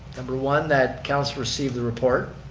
number one that council receive the report.